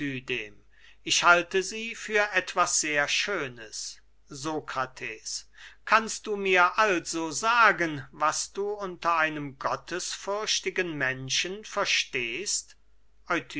ich halte sie für etwas sehr schönes sokrates kannst du mir also sagen was du unter einem gottesfürchtigen menschen verstehst